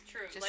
True